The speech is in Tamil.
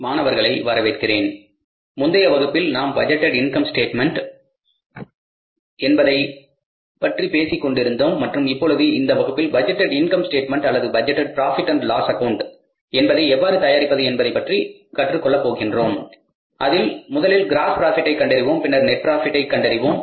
மாணவர்களை வரவேற்கிறேன் முந்தைய வகுப்பில் நாம் பட்ஜெட்டேட் இன்கம் ஸ்டேட்மென்ட் என்பதைப் பற்றி பேசிக்கொண்டிருந்தோம் மற்றும் இப்பொழுது இந்த வகுப்பில் ட்ஜெட்டேட் இன்கம் ஸ்டேட்மென்ட் அல்லது budgeted profit and loss account என்பதை எவ்வாறு தயாரிப்பது என்பதை பற்றி கற்றுக் கொள்ளப் போகின்றோம் அதில் முதலில் க்ராஸ் ப்ராபிட்டை கண்டறிவோம் பின்னர் நெட் ப்ராபிட்டை கண்டறிவோம்